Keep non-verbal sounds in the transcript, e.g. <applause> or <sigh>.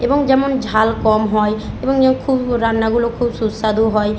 এবং যেমন ঝাল কম হয় এবং <unintelligible> খুব রান্নাগুলো খুব সুস্বাদু হয়